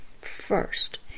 first